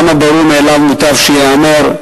גם הברור מאליו מוטב שייאמר.